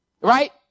right